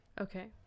Okay